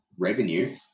Revenue